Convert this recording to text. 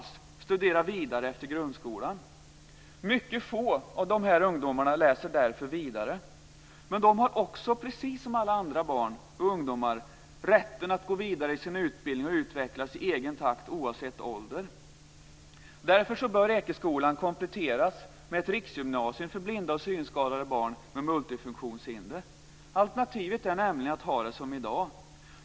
Ibland saknar de möjligheter att alls studera vidare. Mycket få av dessa ungdomar läser därför vidare. Men de har också, precis som alla andra barn och ungdomar, rätten att gå vidare i sin utbildning och utvecklas i egen takt, oavsett ålder. Därför bör Ekeskolan kompletteras med ett riksgymnasium för blinda och synskadade barn med multifunktionshinder. Alternativet är nämligen att ha det som i dag.